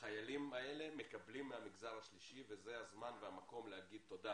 החילים האלה מקבלים מהמגזר השלישי וזה הזמן והמקום להגיד תודה